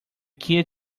key